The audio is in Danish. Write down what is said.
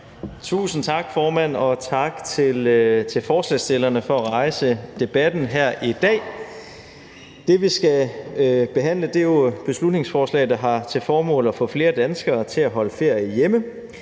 Tusind tak, formand. Og tak til forslagsstillerne for at rejse debatten her i dag. Det, vi skal behandle, er et beslutningsforslag, der har til formål at få flere danskere til at holde ferie hjemme